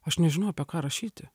aš nežinau apie ką rašyti